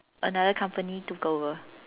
another company took over